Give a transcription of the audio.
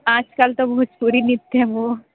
आजकल तो भोजपुरी नृत्य है वो